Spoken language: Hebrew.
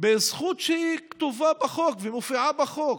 בזכות שכתובה ומופיעה בחוק?